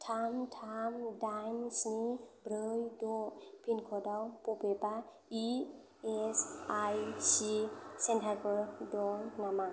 थाम थाम दाइन स्नि ब्रै द' पिनक'डआव बबेबा इएसआइसि सेन्टारफोर दं नामा